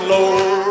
Lord